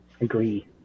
agree